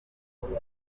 komera